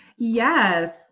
Yes